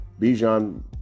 Bijan